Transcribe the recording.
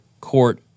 court